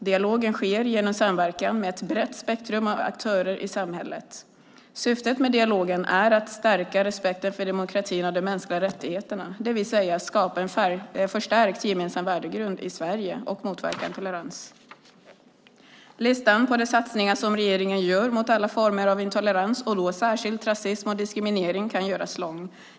Dialogen sker genom samverkan med ett brett spektrum av aktörer i samhället. Syftet med dialogen är att stärka respekten för demokratin och de mänskliga rättigheterna, det vill säga att skapa en förstärkt gemensam värdegrund i Sverige och motverka intolerans. Listan på de satsningar som regeringen gör mot alla former av intolerans och då särskilt rasism och diskriminering kan göras lång.